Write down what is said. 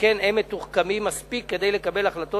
שכן הם מתוחכמים מספיק כדי לקבל החלטות